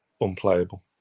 unplayable